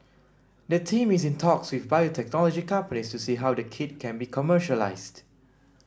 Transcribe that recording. the team is in talks with biotechnology companies to see how the kit can be commercialised